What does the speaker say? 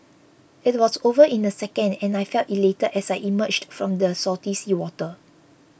it was over in a second and I felt elated as I emerged from the salty seawater